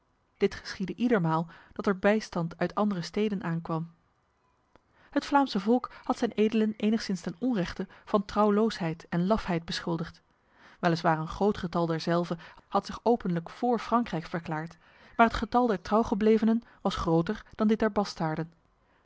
dit geschiedde iedermaal dat er bijstand uit andere steden aankwam het vlaamse volk had zijn edelen enigszins ten onrechte van trouwloosheid en lafheid beschuldigd weliswaar een groot getal derzelve had zich openlijk voor frankrijk verklaard maar het getal der trouwgeblevenen was groter dan dit der